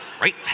Right